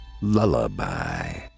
Lullaby